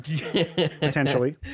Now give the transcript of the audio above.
potentially